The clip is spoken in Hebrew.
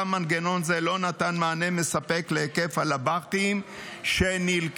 גם מנגנון זה לא נתן מענה מספק להיקף הלב"חים שנלכדו